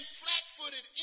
flat-footed